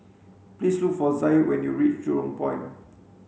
please look for Zaid when you reach Jurong Point